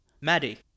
Maddie